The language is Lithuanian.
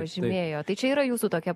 pažymėjo tai čia yra jūsų tokia